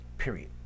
Period